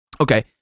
Okay